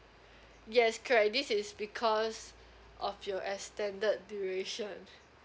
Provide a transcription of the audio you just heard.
yes correct this is because of your extended duration